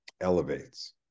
elevates